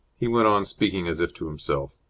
he went on, speaking as if to himself.